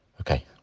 Okay